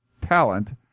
talent